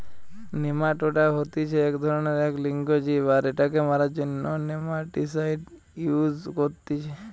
nematoda হতিছে এক ধরণেরএক লিঙ্গ জীব আর এটাকে মারার জন্য নেমাটিসাইড ইউস করতিছে